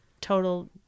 total